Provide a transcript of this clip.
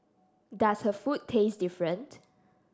does her food taste different